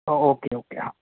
okay okay हा